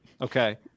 Okay